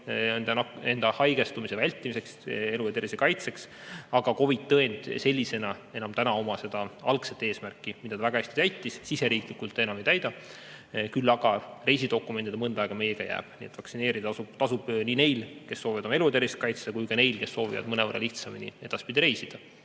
enda haigestumise vältimiseks, elu ja tervise kaitseks. Aga COVID‑i tõend sellisena täna enam oma algset eesmärki, mida ta kunagi väga hästi täitis, siseriiklikult ei täida. Küll aga reisidokumendina see mõnda aega meiega jääb. Nii et vaktsineerida tasub nii neil, kes soovivad oma elu ja tervist kaitsta, kui ka neil, kes soovivad mõnevõrra lihtsamini edaspidi reisida.